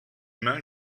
main